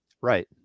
right